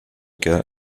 cas